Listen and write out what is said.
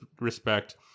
respect